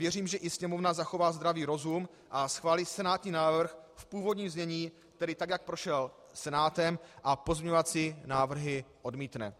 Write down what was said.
Věřím, že i Sněmovna zachová zdravý rozum a schválí senátní návrh v původním znění, tedy tak, jak prošel Senátem, a pozměňovací návrhy odmítne.